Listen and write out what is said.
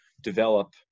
develop